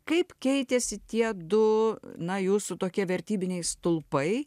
kaip keitėsi tie du na jūsų tokie vertybiniai stulpai